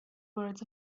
words